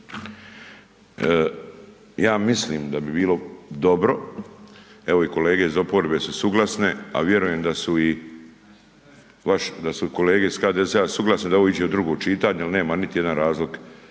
Ja mislim da bi bilo dobro, evo i kolege iz oporbe su suglasne, a vjerujem da su i vaše kolege iz HDZ-a suglasne da ovo iđe u drugo čitanje jer nema niti jedan razlog